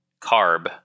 carb